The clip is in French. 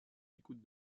l’écoute